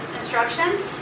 instructions